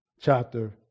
chapter